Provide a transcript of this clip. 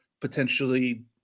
potentially